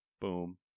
boom